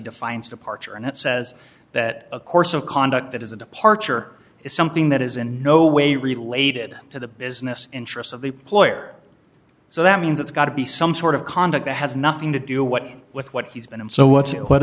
defines departure and it says that a course of conduct that is a departure is something that is in no way related to the business interests of the ploy or so that means it's got to be some sort of conduct that has nothing to do what with what he's been and so what